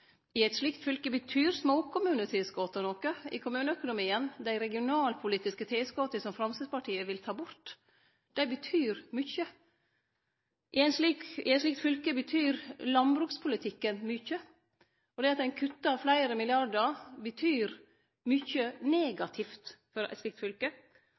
I eit slikt fylke betyr småkommunetilskotet noko for kommuneøkonomien. Dei regionalpolitiske tilskota som Framstegspartiet vil ta bort, betyr mykje. I eit slikt fylke betyr landbrukspolitikken mykje. Det at ein kuttar fleire milliardar kroner, betyr mykje